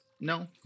No